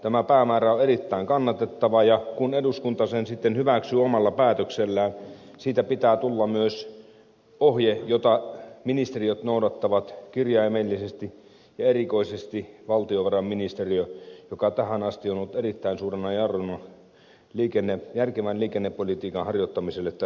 tämä päämäärä on erittäin kannatettava ja kun eduskunta sen sitten hyväksyy omalla päätöksellään siitä pitää tulla myös ohje jota ministeriöt noudattavat kirjaimellisesti ja erikoisesti valtiovarainministeriö joka tähän asti on ollut erittäin suurena jarruna järkevän liikennepolitiikan harjoittamiselle tässä maassa